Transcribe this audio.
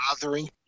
bothering